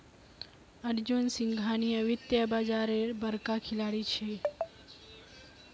अर्जुन सिंघानिया वित्तीय बाजारेर बड़का खिलाड़ी छिके